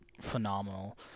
phenomenal